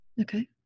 Okay